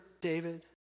David